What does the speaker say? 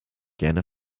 gerne